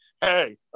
Hey